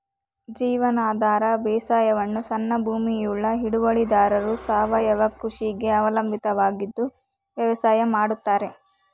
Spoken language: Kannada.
ಜೀವನಾಧಾರ ಬೇಸಾಯವನ್ನು ಸಣ್ಣ ಭೂಮಿಯುಳ್ಳ ಹಿಡುವಳಿದಾರರು ಸಾವಯವ ಕೃಷಿಗೆ ಅವಲಂಬಿತವಾಗಿ ವ್ಯವಸಾಯ ಮಾಡ್ತರೆ